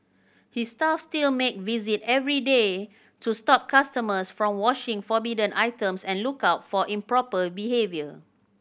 his staff still make visit every day to stop customers from washing forbidden items and look out for improper behaviour